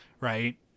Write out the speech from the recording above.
Right